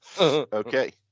okay